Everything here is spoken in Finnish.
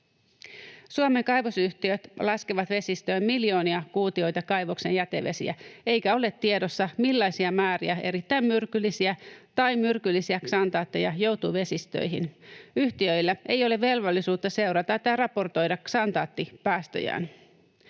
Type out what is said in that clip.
Suomen kaivosyhtiöt laskevat vesistöön miljoonia kuutioita kaivosten jätevesiä, eikä ole tiedossa, millaisia määriä erittäin myrkyllisiä tai myrkyllisiä ksantaatteja joutuu vesistöihin. Yhtiöillä ei ole velvollisuutta seurata tai raportoida ksantaattipäästöjään.